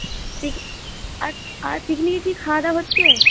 দেখি আর আর পিকনিকে কী খাওয়া দাওয়া হচ্ছে